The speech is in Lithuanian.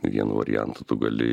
vienu variantu tu gali